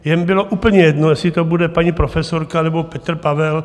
Jim bylo úplně jedno, jestli to bude paní profesorka, nebo Petr Pavel.